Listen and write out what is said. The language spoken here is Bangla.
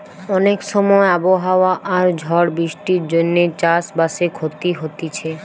অনেক সময় আবহাওয়া আর ঝড় বৃষ্টির জন্যে চাষ বাসে ক্ষতি হতিছে